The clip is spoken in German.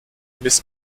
miss